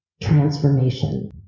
transformation